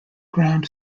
ground